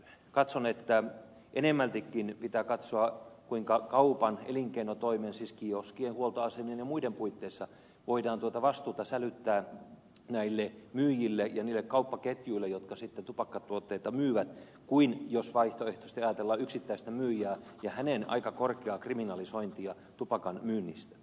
katson että enemmältikin pitää katsoa sitä kuinka kaupan elinkeinotoimen siis kioskien huoltoasemien ja muiden puitteissa voidaan tuota vastuuta sälyttää myyjille ja niille kauppaketjuille jotka tupakkatuotteita myyvät jos vaihtoehtoisesti ajatellaan yksittäistä myyjää ja hänen aika korkeaa kriminalisointiansa tupakan myynnistä